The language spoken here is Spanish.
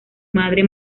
madre